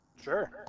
Sure